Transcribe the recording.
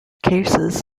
cases